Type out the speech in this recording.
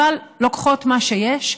אבל לוקחות מה שיש.